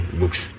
books